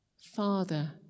Father